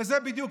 לזה בדיוק.